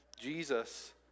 Jesus